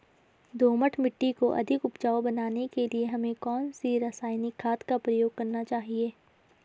दोमट मिट्टी को अधिक उपजाऊ बनाने के लिए हमें कौन सी रासायनिक खाद का प्रयोग करना चाहिए?